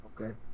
Okay